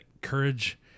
courage